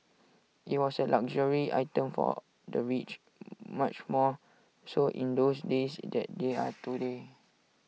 IT was A luxury item for the rich much more so in those days IT they are today